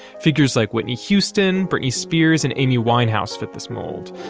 figures like whitney houston britney spears and amy winehouse fit this mold.